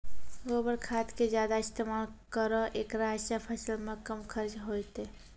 गोबर खाद के ज्यादा इस्तेमाल करौ ऐकरा से फसल मे कम खर्च होईतै?